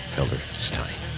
Hilderstein